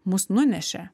mus nunešė